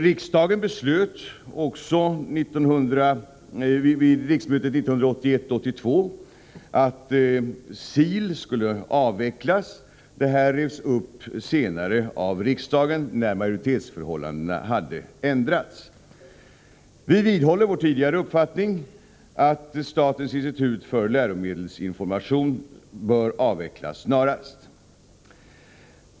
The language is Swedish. Riksdagen beslöt vid riksmötet 1981/82 att SIL skulle avvecklas. Detta beslut revs senare upp av riksdagen, när majoritetsförhållandena hade ändrats. Vi vidhåller vår tidigare uppfattning att statens institut för läromedelsinformation bör avvecklas snarast.